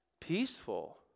peaceful